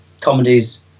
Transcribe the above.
comedies